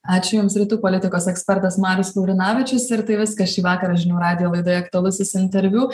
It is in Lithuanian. ačiū jums rytų politikos ekspertas marius laurinavičius ir tai viskas šį vakarą žinių radijo laidoje aktualusis interviu